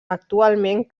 actualment